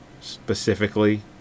specifically